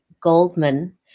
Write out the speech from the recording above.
Goldman